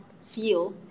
feel